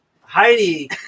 Heidi